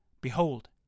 Behold